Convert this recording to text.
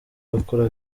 wakoraga